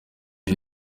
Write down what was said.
jay